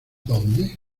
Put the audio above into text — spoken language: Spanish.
dónde